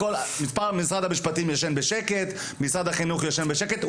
משרד המשפטים ומשרד החינוך יישנו בשקט,